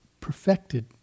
perfected